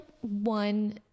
one